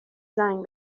زنگ